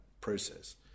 process